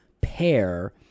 pair